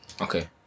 Okay